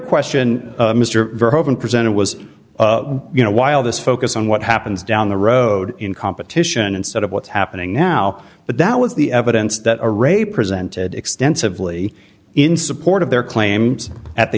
verhoeven presented was you know while this focus on what happens down the road in competition instead of what's happening now but that was the evidence that a ray presented extensively in support of their claims at the